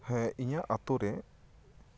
ᱦᱮᱸ ᱤᱧᱟᱹᱜ ᱟᱛᱳᱨᱮ